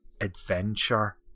adventure